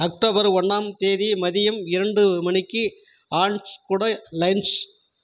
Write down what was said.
October ஒன்றாம் தேதி மதியம் இரண்டு மணிக்கு ஆன்ஸ் கூட லன்ச்